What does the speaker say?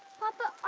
papa,